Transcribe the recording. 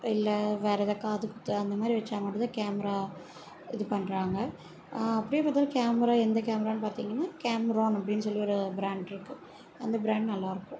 இல்லை வேறு எதா காதுகுத்து அந்தமாதிரி வெச்சா மட்டுந்தான் கேமரா இது பண்ணுறாங்க அப்படியே பார்த்தாலும் கேமரா எந்த கேமரான்னு பார்த்திங்கனா கேமரான் அப்படின்னு சொல்லி ஒரு பிராண்ட் இருக்குது அந்த பிராண்ட் நல்லா இருக்கும்